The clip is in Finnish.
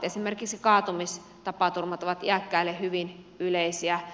esimerkiksi kaatumistapaturmat ovat iäkkäille hyvin yleisiä